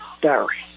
diary